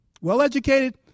Well-educated